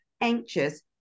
anxious